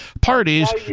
parties